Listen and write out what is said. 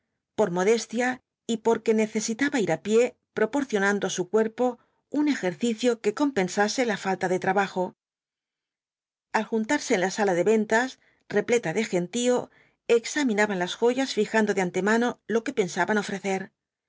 por modestia y porque necesitaba ir á pie proporcionando á su cuerpo un ejercicio que compensase la falta de trabajo al juntarse en la sala de ventas repleta de gentío examinaban las joyas fijando de antemano lo que pensaban ofrecer